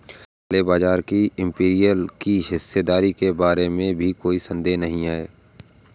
काले बाजार में इंपीरियल की हिस्सेदारी के बारे में भी कोई संदेह नहीं है